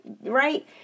right